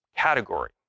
Category